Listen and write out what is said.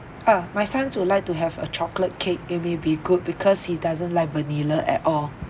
ah my son would like to have a chocolate cake it will be good because he doesn't like vanilla at all